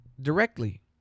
directly